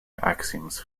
axioms